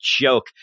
joke